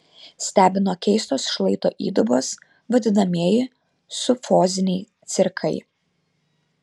stebino keistos šlaito įdubos vadinamieji sufoziniai cirkai